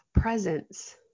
presence